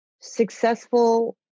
successful